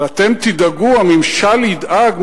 אבל אתם תדאגו, הממשל ידאג?